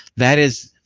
that is